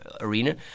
arena